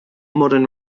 modern